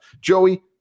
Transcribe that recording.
Joey